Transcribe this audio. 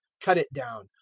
cut it down.